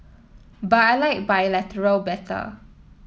but I like bilateral better